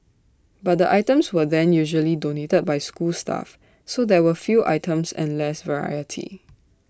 but the items were then usually donated by school staff so there were few items and less variety